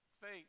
Faith